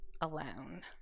alone